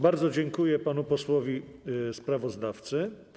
Bardzo dziękuję panu posłowi sprawozdawcy.